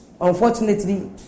unfortunately